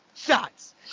Shots